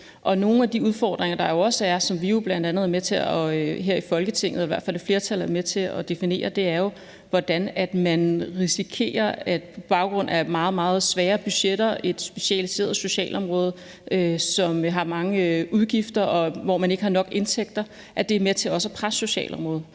flertal her i Folketinget er med til at definere, er, hvordan man risikerer, at meget, meget svære budgetter og et specialiseret socialområde, som har mange udgifter, og hvor man ikke har nok indtægter, er med til at presse socialområdet.